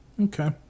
okay